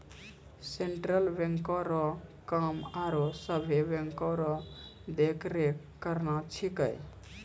central बैंको रो काम आरो सभे बैंको रो देख रेख करना छिकै